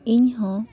ᱤᱧ ᱦᱚᱸ